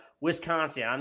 Wisconsin